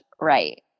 right